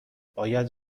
باید